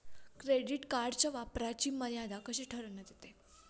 Credit कार्डच्या वापराची मर्यादा कशी ठरविण्यात येते?